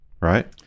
right